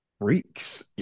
freaks